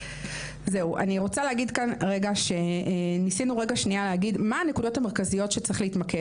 אני רוצה להגיד כאן מהן הנקודות המרכזיות שצריך להתמקד